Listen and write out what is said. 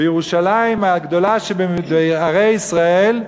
בירושלים, הגדולה שבערי ישראל,